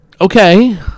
Okay